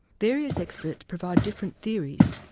various experts provide different theories